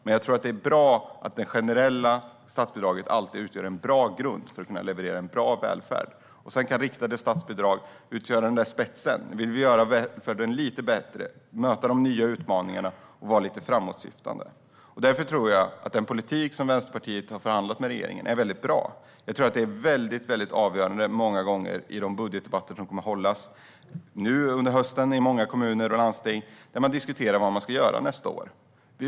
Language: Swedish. Men jag tror att det är bra att det generella statsbidraget alltid utgör en bra grund för att kunna leverera en bra välfärd. Sedan kan riktade statsbidrag utgöra spetsen när vi vill göra välfärden lite bättre, möta de nya utmaningarna och vara lite framåtsyftande. Därför tror jag att den politik som Vänsterpartiet har förhandlat om med regeringen är väldigt bra. Jag tror att detta många gånger är avgörande i de budgetdebatter som kommer att hållas under hösten i många kommuner och landsting. Där diskuterar man vad man ska göra nästa år.